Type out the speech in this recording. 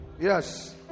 Yes